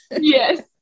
Yes